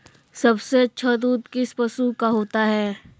सबसे अच्छा दूध किस पशु का होता है?